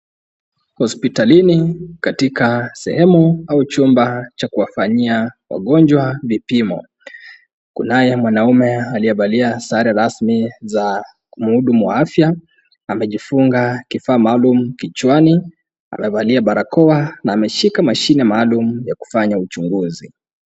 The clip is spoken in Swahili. Hospitalini katika sehemu au chumba cha kuwafanyia wagonjwa vipimo. Kunaye mwanaume aliyevalia sare rasmi za kumuhudumu afya. Amejifunga kifaa maalumu kichwani. Amevalia barakoa na ameshika mashine maalumu ya kufanya uchunguzi.